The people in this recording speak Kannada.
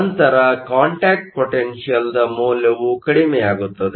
ನಂತರ ಕಾಂಟ್ಯಾಕ್ಟ್ ಪೊಟೆನ್ಷಿಯಲ್Contact potentialದ ಮೌಲ್ಯವು ಕಡಿಮೆಯಾಗುತ್ತದೆ